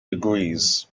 agrees